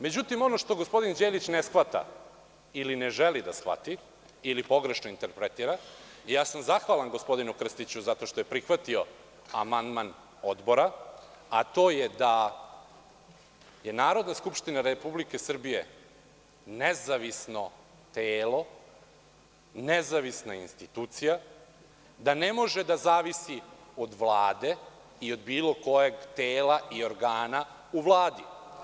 Međutim, ono što gospodin Đelić ne shvata ili ne želi da shvati, ili pogrešno interpretira i zahvalan sam gospodinu Krstiću za to što je prihvatio amandman odbora, a to je da je Narodna skupština Republike Srbije nezavisno telo, nezavisna institucija, da ne može da zavisi od Vlade i od bilo kojeg tela ili organa u Vladi.